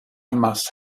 must